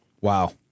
Wow